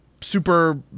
super